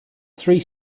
three